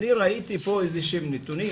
אני ראיתי פה איזה שהם נתונים